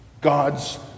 God's